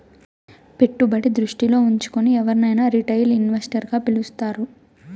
పెట్టుబడి దృష్టిలో ఉంచుకుని ఎవరినైనా రిటైల్ ఇన్వెస్టర్ గా పిలుస్తారు